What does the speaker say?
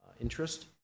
interest